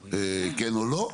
כן או לא.